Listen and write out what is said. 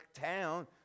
town